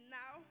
now